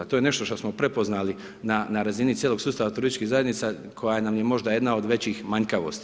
To je nešto što smo prepoznali na razini cijelog sustava turističkih zajednica koja nam je možda jedna od većih manjkavosti.